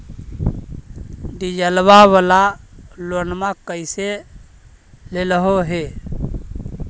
डीजलवा वाला लोनवा कैसे लेलहो हे?